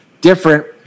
different